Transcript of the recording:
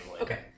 Okay